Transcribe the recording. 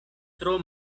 tro